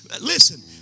Listen